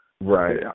Right